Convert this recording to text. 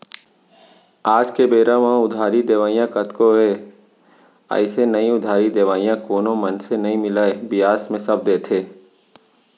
आज के बेरा म उधारी देवइया कतको हे अइसे नइ उधारी देवइया कोनो मनसे नइ मिलय बियाज म सब देथे